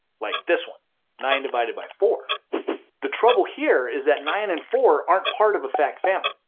like this one nine divided by four the trouble here is that nine and four aren't part of a fact family,